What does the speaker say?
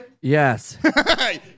Yes